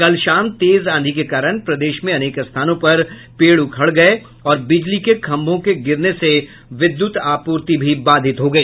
कल शाम तेज आंधी के कारण प्रदेश में अनेक स्थानों पर पेड़ उखड़ गये और बिजली के खंभों के गिरने से विद्युत आपूर्ति भी बाधित हो गई